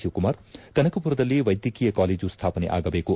ಶಿವಕುಮಾರ್ ಕನಕಮರದಲ್ಲಿ ವೈದ್ಯಕೀಯ ಕಾಲೇಜು ಸ್ಟಾಪನೆ ಆಗಬೇಕು